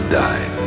die